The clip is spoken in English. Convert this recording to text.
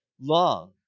long